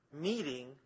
meeting